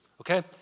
Okay